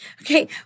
Okay